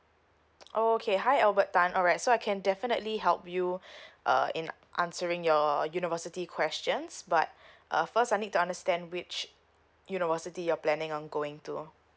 orh okay hi albert tan alright so I can definitely help you uh in answering your university questions but uh first I need to understand which university you're planning on going to